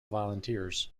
volunteers